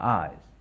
eyes